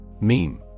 Meme